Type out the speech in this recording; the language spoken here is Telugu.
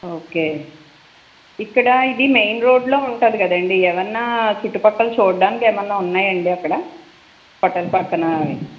ఓకే ఇక్కడ ఇది మెయిన్ రోడ్లో ఉంటుంది కదండీ ఏమైనా చుట్టుపక్కల చూడ్డానికి ఏమైనా ఉన్నాయా అండి అక్కడ పక్క పక్కన